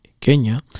Kenya